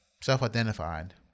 self-identified